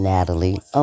Natalie